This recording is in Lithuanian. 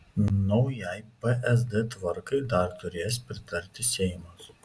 naujai psd tvarkai dar turės pritarti seimas